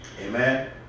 Amen